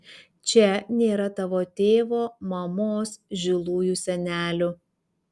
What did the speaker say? čia nėra tavo tėvo mamos žilųjų senelių